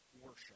worship